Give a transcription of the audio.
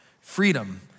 Freedom